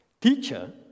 Teacher